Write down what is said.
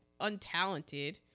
untalented